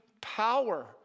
power